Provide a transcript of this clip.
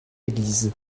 église